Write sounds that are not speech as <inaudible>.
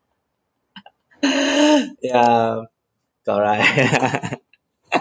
<laughs> <breath> got right <laughs>